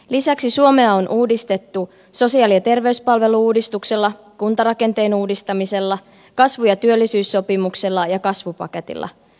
lisäksi suomea on uudistettu sosiaali ja terveyspalvelu uudistuksella kuntarakenteen uudistamisella kasvu ja työllisyyssopimuksella ja kasvupaketilla